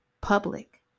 public